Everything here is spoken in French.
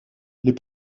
les